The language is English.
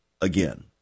again